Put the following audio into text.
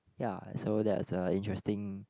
ya so that's a interesting